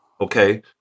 Okay